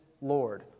Lord